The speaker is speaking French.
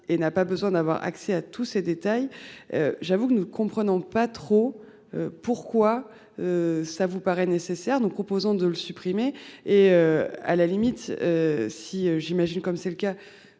et n'a pas besoin d'avoir accès à tous ces détails. J'avoue que nous ne comprenons pas trop pourquoi. Ça vous paraît nécessaire. Nous proposons de le supprimer et à la limite. Si j'imagine comme c'est le cas,